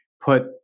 put